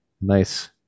Nice